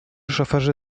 szoferzy